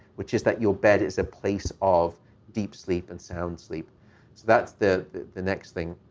which is that your bed is a place of deep sleep and sound sleep. so that's the the next thing.